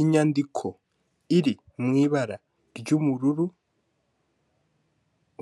Inyandiko iri mu ibara ry'ubururu,